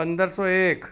પંદરસો એક